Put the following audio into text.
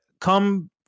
come